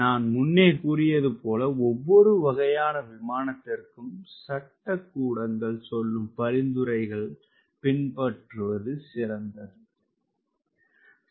நான் முன்னே கூறியது போல ஒவ்வொரு வகையான விமானத்திற்கும் சட்டக்கூடங்கள் சொல்லும் பரிந்துறைகளை பின்பற்றுவது சிறந்தது